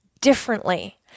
differently